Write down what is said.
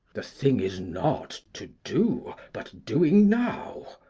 the thing is not to do, but doing now.